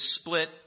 split